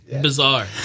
bizarre